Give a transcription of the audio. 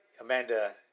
Amanda